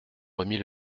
remis